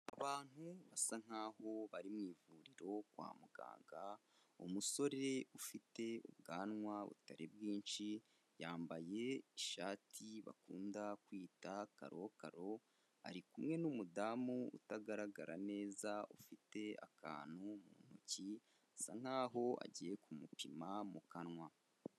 Abantu basa nk'aho bari mu ivuriro kwa muganga, umusore ufite ubwanwa butari bwinshi, yambaye ishati bakunda kwita karokaro, ari kumwe n'umudamu utagaragara neza, ufite akantu mu ntoki, asa nk'aho agiye kumupima mu kanwa.